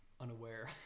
unaware